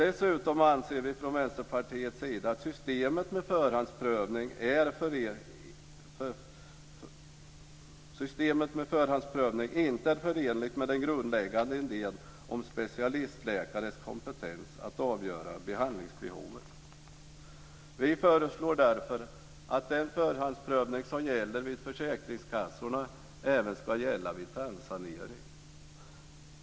Vi anser också från Vänsterpartiets sida att systemet med förhandsprövning inte är förenligt med den grundläggande idén om specialistläkares kompetens att avgöra behandlingsbehovet. Vi föreslår därför att den förhandsprövning som gäller vid försäkringskassorna även ska gälla vid tandsanering.